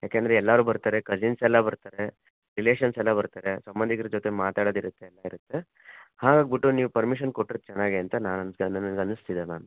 ಯಾಕೆಂದರೆ ಎಲ್ಲಾರು ಬರ್ತಾರೆ ಕಸಿನ್ಸ್ ಎಲ್ಲ ಬರ್ತಾರೆ ರಿಲೇಷನ್ಸ್ ಎಲ್ಲ ಬರ್ತಾರೆ ಸಂಬಂಧಿಕರು ಜೊತೆ ಮಾತಾಡೋದು ಇರುತ್ತೆ ಎಲ್ಲ ಇರುತ್ತೆ ಹಾಗಾಗ್ಬಿಟ್ಟು ನೀವು ಪರ್ಮಿಷನ್ ಕೊಟ್ಟರೆ ಚೆನ್ನಾಗೆ ಅಂತ ನಾನು ಅನ್ಸ್ ನನ್ಗೆ ಅನಸ್ತಿದೆ ಮ್ಯಾಮ್